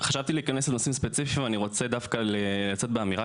חשבתי להיכנס לנושאים ספציפיים אני רוצה דווקא לצאת באמירה